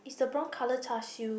it's the brown colour char siew